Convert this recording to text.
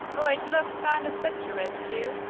though it looks kind of pictureaskew.